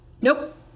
nope